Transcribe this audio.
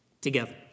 together